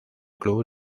club